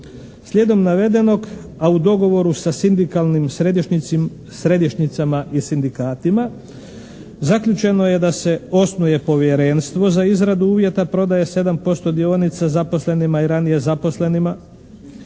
Slijedom navedenog, a u dogovoru sa sindikalnim središnjicama i sindikatima, zaključeno je da se osnuje povjerenstvo za izradu uvjeta prodaje 7% dionica zaposlenima i ranije zaposlenima.